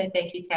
and thank you,